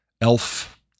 Elf